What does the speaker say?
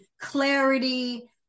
clarity